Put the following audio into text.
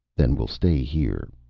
then we'll stay here,